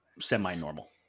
semi-normal